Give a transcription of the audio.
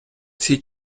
всі